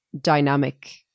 dynamic